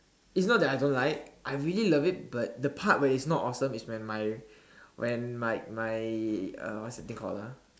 is not that I don't like I really love it but the part where its not awesome is when my when like my my uh what's the thing called ah